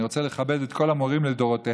אני רוצה לכבד את כל המורים לדורותיהם,